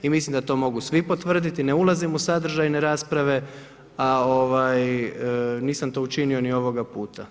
I mislim da to mogu svi potvrditi i ne ulazim u sadržajne rasprave a nisam to učinio ni ovoga puta.